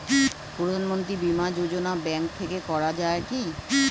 প্রধানমন্ত্রী বিমা যোজনা ব্যাংক থেকে করা যায় কি?